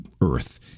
Earth